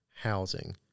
housing